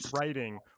writing